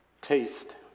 Taste